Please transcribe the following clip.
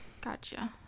gotcha